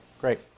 great